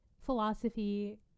philosophy